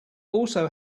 also